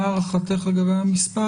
מה הערכתך לגבי המספר?